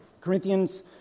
Corinthians